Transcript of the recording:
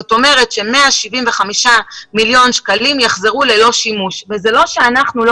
זאת אומרת ש-175 מיליון שקלים יחזרו ללא שימוש וזה לא שאנחנו לא